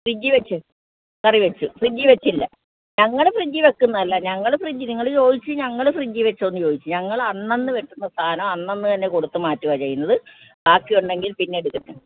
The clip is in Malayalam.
ഫ്രിഡ്ജി വെച്ച് കറി വെച്ചു ഫ്രിഡ്ജി വെച്ചില്ല ഞങ്ങൾ ഫ്രിഡ്ജി വെയ്ക്കന്നതല്ല ഞങ്ങൾ ഫ്രിഡ്ജി നിങ്ങൾ ചോദിച്ചു ഞങ്ങൾ ഫ്രിഡ്ജി വെച്ചൊന്ന് ചോദിച്ച് ഞങ്ങളന്നന്ന് വെട്ടുന്ന സാധനം അന്നന്ന് തന്നെ കൊടുത്ത് മാറ്റുവാ ചെയ്യുന്നത് ബാക്കി ഉണ്ടെങ്കിൽ പിന്നെടുക്കത്തില്ല